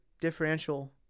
differential